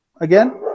again